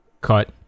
cut